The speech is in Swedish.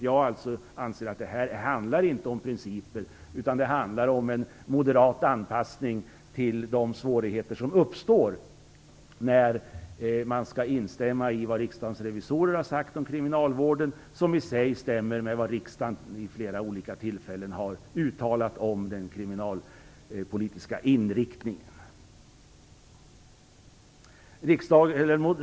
Jag anser att det här inte handlar om principer utan om en moderat anpassning till de svårigheter som uppstår när man skall instämma i vad Riksdagens revisorer har sagt om kriminalvården, vilket i sig stämmer med vad riksdagen vid flera olika tillfällen har uttalat om den kriminalpolitiska inriktningen.